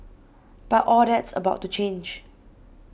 but all that's about to change